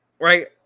right